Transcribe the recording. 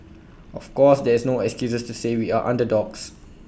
of course there is no excuses to say we are underdogs